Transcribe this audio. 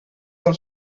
del